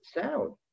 sound